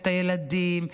את הילדים,